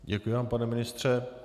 Děkuji vám, pane ministře.